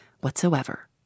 whatsoever